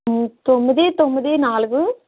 తొమ్మిది తొమ్మిది నాలుగు